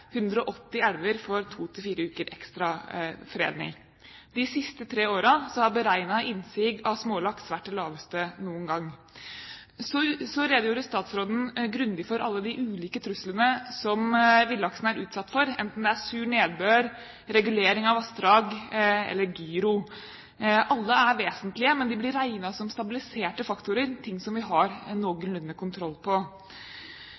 180 elver får to–fire uker ekstra fredning. De siste tre årene har beregnet innsig av smålaks vært det laveste noen gang. Så redegjorde statsråden grundig for alle de ulike truslene som villaksen er utsatt for, enten det er sur nedbør, regulering av vassdrag eller gyro. Alle er vesentlige, men de blir regnet som stabiliserte faktorer, ting som vi har noenlunde kontroll på.